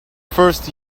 first